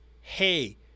Hey